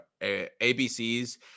ABCs